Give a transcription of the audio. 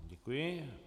Děkuji.